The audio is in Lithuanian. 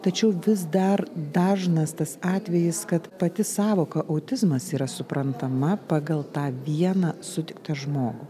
tačiau vis dar dažnas tas atvejis kad pati sąvoka autizmas yra suprantama pagal tą vieną sutiktą žmogų